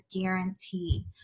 guarantee